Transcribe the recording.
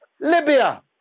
Libya